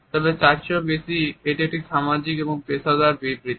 তবে তার থেকেও বেশি এটি একটি সামাজিক এবং পেশাদার বিবৃতি